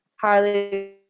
highly